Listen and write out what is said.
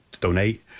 donate